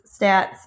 stats